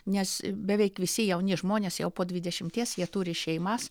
nes beveik visi jauni žmonės jau po dvidešimies jie turi šeimas